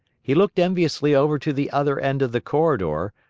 he looked enviously over to the other end of the corridor,